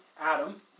Adam